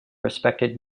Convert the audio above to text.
respected